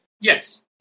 Yes